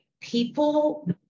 people